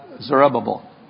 Zerubbabel